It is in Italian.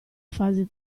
fasi